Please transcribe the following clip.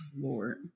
lord